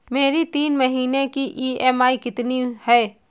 मेरी तीन महीने की ईएमआई कितनी है?